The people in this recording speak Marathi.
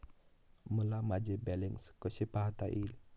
मला माझे बॅलन्स कसे पाहता येईल?